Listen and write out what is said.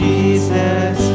Jesus